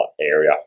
area